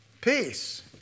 Peace